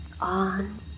on